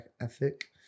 ethic